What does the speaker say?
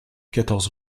quatorze